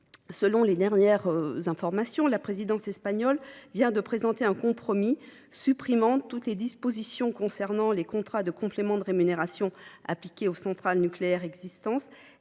Selon les dernières informations dont nous disposons, la présidence espagnole vient de présenter un compromis : toutes les dispositions concernant les contrats de complément de rémunération appliqués aux centrales existantes